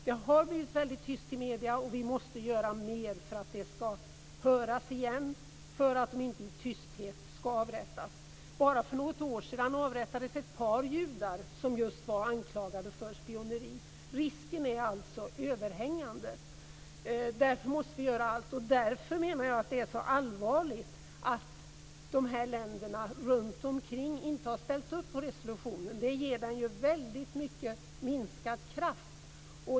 Det har varit väldigt tyst i medierna. Vi måste göra mer för att de ska höras igen, för att de inte i tysthet ska avrättas. Bara för några år sedan avrättades ett par judar som var anklagade för just spioneri. Risken är alltså överhängande. Därför måste vi göra allt, och därför menar jag att det är så allvarligt att länderna runt omkring inte har ställt upp på resolutionen. Det ger den en mycket minskad kraft.